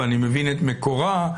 ואני מבין את מקורה,